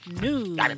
news